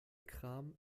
kram